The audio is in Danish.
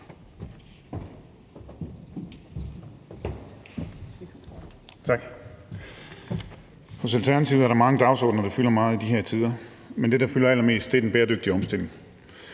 Hos Alternativet er der mange dagsordener, der fylder meget i de her tider, men det, der fylder allermest, er den bæredygtige omstilling.